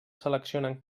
seleccionen